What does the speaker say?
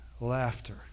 laughter